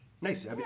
nice